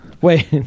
Wait